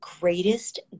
greatest